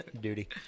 Duty